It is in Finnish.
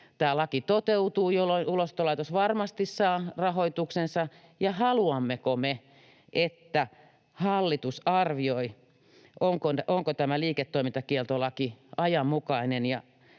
tämä laki toteutuu, jolloin Ulosottolaitos varmasti saa rahoituksensa, ja haluammeko me, että hallitus arvioi, onko tämä liiketoimintakieltolaki ajanmukainen